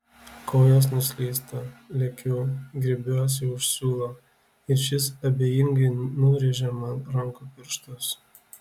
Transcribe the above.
kojos nuslysta lekiu griebiuosi už siūlo ir šis abejingai nurėžia man rankų pirštus